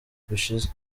gushize